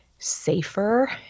Safer